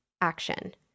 action